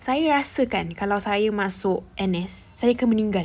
saya rasa kan kalau saya masuk N_S saya akan meninggal